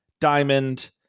Diamond